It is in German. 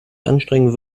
anstrengen